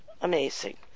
amazing